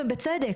ובצדק,